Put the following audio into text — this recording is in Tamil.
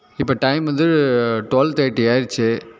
இப்போ டைம் வந்து டுவெல் தேர்ட்டி ஆகிடுச்சி